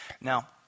Now